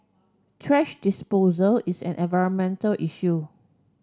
thrash disposal is an environmental issue